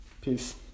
Peace